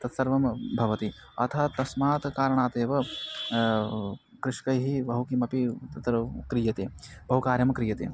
तत्सर्वं भवति अतः तस्मात् कारणादेव कृषिकैः बहु किमपि तत्र क्रियते बहु कार्यं क्रियते